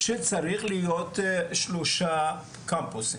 שצריך להיות שלושה קמפוסים,